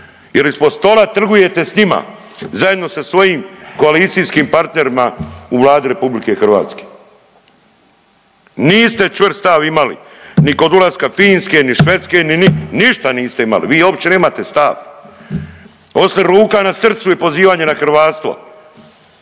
jel ispod stola trgujete s njima zajedno sa svojim kotacijskim partnerima u Vladi RH. Niste čvrst stav imali ni kod ulaska Finske, ni Švedske ništa niste imali, vi uopće nemate stav, osim ruka na srcu i pozivanje na hrvatstvo,